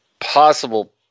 possible